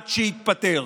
עד שיתפטר.